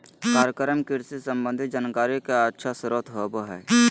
कार्यक्रम कृषि संबंधी जानकारी के अच्छा स्रोत होबय हइ